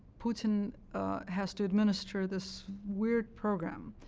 putin has to administer this weird program.